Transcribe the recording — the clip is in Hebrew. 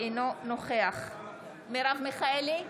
אינו נוכח מרב מיכאלי,